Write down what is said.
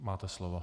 Máte slovo.